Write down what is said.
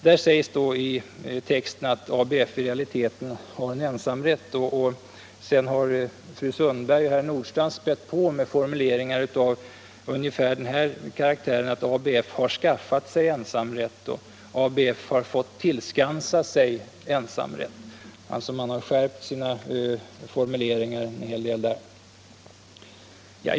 Där sägs i texten att ABF i realiteten har ensamrätt. Sedan har fru Sundberg och herr Nordstrandh spätt på med formuleringar av ungefär denna karaktär: ABF har skaffat sig ensamrätt, och ABF har fått tillskansa sig ensamrätt. Man har alltså rätt kraftigt skärpt sina formuleringar.